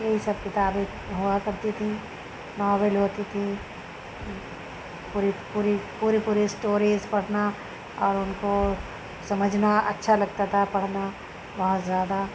یہی سب کتابیں ہوا کرتی تھیں ناول ہوتی تھیں پوری پوری پوری پوری اسٹوریز پڑھنا اور ان کو سمجھنا اچّھا لگتا تھا پڑھنا بہت زیادہ